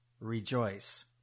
Rejoice